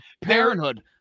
Parenthood